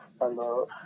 Hello